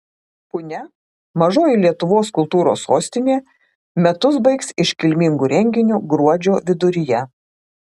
punia mažoji lietuvos kultūros sostinė metus baigs iškilmingu renginiu gruodžio viduryje